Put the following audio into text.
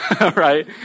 Right